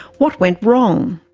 what went wrong?